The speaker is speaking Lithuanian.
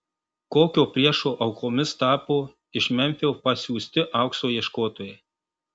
kokio priešo aukomis tapo iš memfio pasiųsti aukso ieškotojai